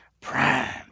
Prime